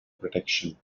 protection